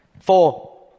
Four